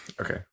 Okay